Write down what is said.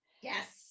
Yes